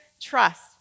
trust